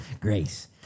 Grace